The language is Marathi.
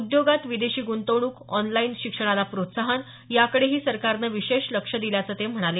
उद्योगात विदेशी ग्रंतवणूक ऑनलाईन शिक्षणाला प्रोत्साहन याकडेही सरकारनं विशेष लक्ष दिल्याचं ते म्हणाले